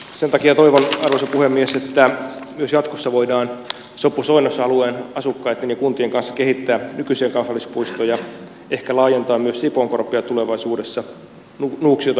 sen takia toivon arvoisa puhemies että myös jatkossa voidaan sopusoinnussa alueen asukkaitten ja kuntien kanssa kehittää nykyisiä kansallispuistoja ehkä laajentaa myös sipoonkorpea tulevaisuudessa nuuksiota kehittää